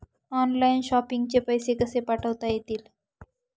Online shopping चे पैसे कसे पाठवता येतील?